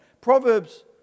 Proverbs